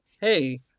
hey